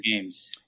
games